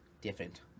different